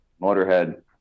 Motorhead